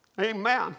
Amen